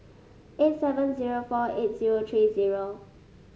eight seven zero four eight zero three zero